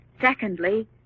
secondly